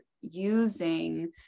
using